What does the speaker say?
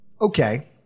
Okay